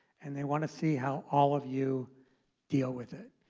and they want to see how all of you deal with it.